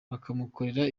bakamukorera